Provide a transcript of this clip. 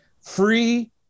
free